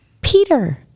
Peter